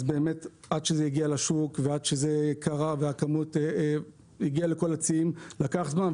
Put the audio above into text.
ועד שזה הגיע לשוק ועד שזה קרה ועד שהכמות הגיעה לכל הציים זה לקח זמן,